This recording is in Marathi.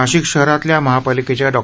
नाशिक शहरातल्या महापालिकेच्या डॉ